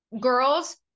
Girls